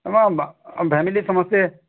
ଆମ ଭାମିଲି ସମସ୍ତେ